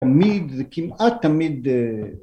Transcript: תמיד זה כמעט תמיד